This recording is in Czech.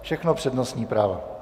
Všechno přednostní práva.